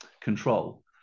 control